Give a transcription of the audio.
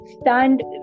stand